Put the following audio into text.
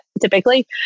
typically